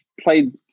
played